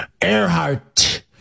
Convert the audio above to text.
Earhart